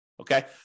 Okay